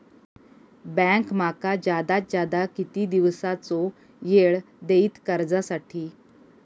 Bank माका जादात जादा किती दिवसाचो येळ देयीत कर्जासाठी?